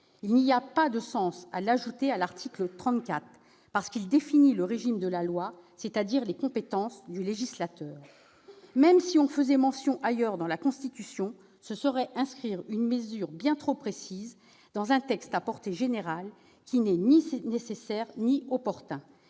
Il n'y a pas de sens à ajouter le droit à l'IVG à l'article 34 de la Constitution, qui définit le domaine de la loi, c'est-à-dire les compétences du législateur. Même s'il en était fait mention ailleurs dans la Constitution, ce serait inscrire une mesure bien trop précise dans un texte de portée générale, ce qui n'est ni nécessaire ni opportun.